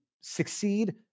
succeed